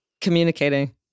communicating